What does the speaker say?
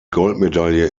goldmedaille